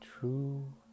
true